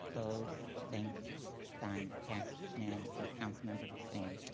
opposed same sign passes unanimously. councilmember hussain.